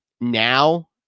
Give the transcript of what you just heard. Now